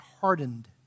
hardened